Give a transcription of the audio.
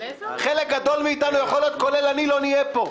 חלק גדול מאיתנו יכול להיות שכולל אותי לא נהיה פה.